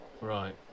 Right